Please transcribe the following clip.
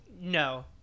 No